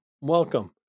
welcome